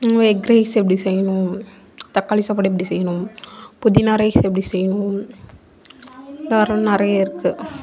egg rice எப்படி செய்யணும் தக்காளி சாப்பாடு எப்படி செய்யணும் புதினா ரைஸ் எப்படி செய்யணும் நிறையா இருக்கு